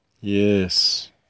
Yes